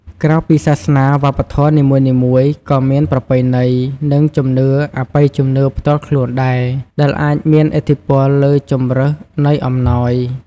ក្រៅពីសាសនា វប្បធម៌នីមួយៗក៏មានប្រពៃណី និងជំនឿអបិយជំនឿផ្ទាល់ខ្លួនដែរ ដែលអាចមានឥទ្ធិពលលើជម្រើសនៃអំណោយ។